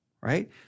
Right